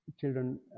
children